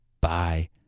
Bye